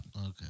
Okay